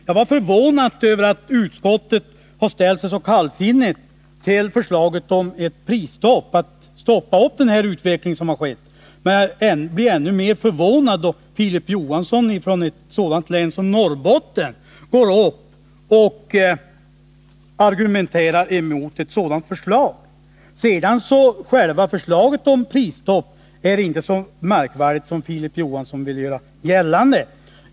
Jag är förvånad över att utskottet ställt sig så kallsinnigt till förslaget om ett prisstopp för att därmed stoppa den här utvecklingen. Men jag blir ännu mer förvånad över att Filip Johansson, som är från Norrbottens län, argumenterar mot mitt förslag. Ett prisstopp är inte så märkvärdigt som Filip Johansson vill göra gällande.